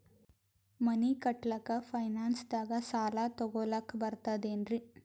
ಮನಿ ಕಟ್ಲಕ್ಕ ಫೈನಾನ್ಸ್ ದಾಗ ಸಾಲ ತೊಗೊಲಕ ಬರ್ತದೇನ್ರಿ?